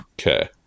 Okay